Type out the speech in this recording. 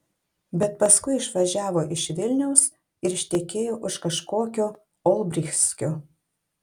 bet paskui išvažiavo iš vilniaus ir ištekėjo už kažkokio olbrychskio